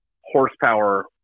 horsepower